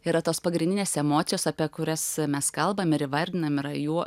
yra tos pagrindinės emocijos apie kurias mes kalbam ir įvardinam yra jų